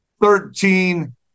Thirteen